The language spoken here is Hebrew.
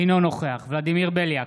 אינו נוכח ולדימיר בליאק,